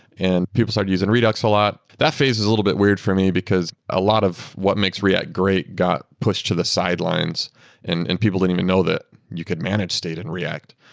and people started using redux a lot that phase is a little bit weird for me, because a lot of what makes react great got pushed to the sidelines and and people don't even know that you could manage state in react.